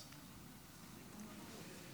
כבוד היושב-ראש,